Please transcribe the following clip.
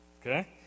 Okay